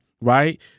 right